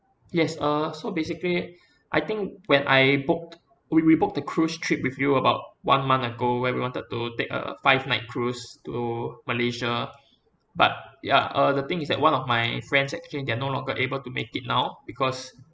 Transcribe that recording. yes uh so basically I think when I booked we we booked the cruise trip with you about one month ago when we wanted to take a five night cruise to malaysia but ya uh the thing is that one of my friends actually they're no longer able to make it now because